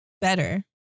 better